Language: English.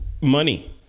money